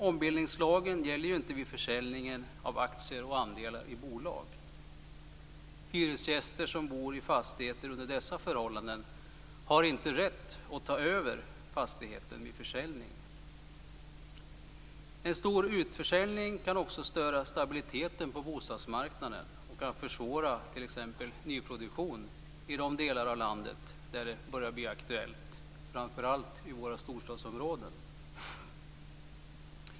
Ombildningslagen gäller inte vid försäljning av aktier och andelar i bolag. Hyresgäster som bor i fastigheter under dessa förhållanden har inte rätt att ta över fastigheten vid försäljning. En stor utförsäljning kan också störa stabiliteten på bostadsmarknaden och kan försvåra t.ex. nyproduktion i de delar av landet där det börjar bli aktuellt, framför allt i våra storstadsområden.